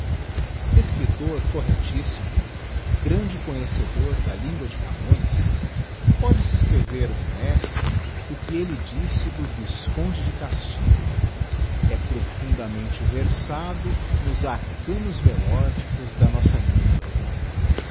escriptor correctíssimo grande conhecedor da lingua de camões póde-se escrever do mestre o que elle disse do visconde de castilho é profundamente versado nos arcanos melódicos da nossa lingua